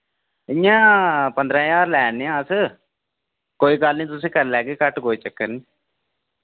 इयां पन्दरां ज्हार लैन्ने अस कोई गल्ल नेईं तुसें कर लैगे घट्ट कोई चक्कर निं